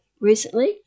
recently